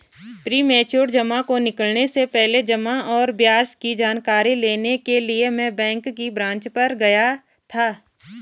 premature जमा को निकलने से पहले जमा और ब्याज की जानकारी लेने के लिए मैं बैंक की ब्रांच पर गया था